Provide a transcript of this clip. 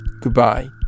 goodbye